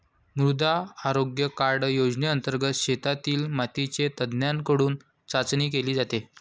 मृदा आरोग्य कार्ड योजनेंतर्गत शेतातील मातीची तज्ज्ञांकडून चाचणी केली जाते